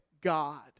God